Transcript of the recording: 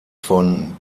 von